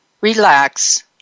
Relax